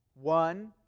One